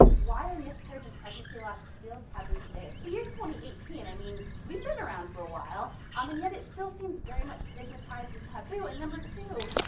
why are miscarriage and pregnancy loss still taboo today? it's the year and eighteen, i mean, we've been around for a while um and yet it still seems very much stigmatized and taboo. and number two,